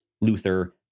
Luther